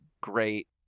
great